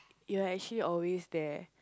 you're actually always there